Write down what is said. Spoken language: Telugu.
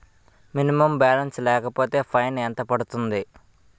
మినిమం బాలన్స్ లేకపోతే ఫైన్ ఎంత పడుతుంది?